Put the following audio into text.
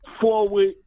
forward